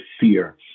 fear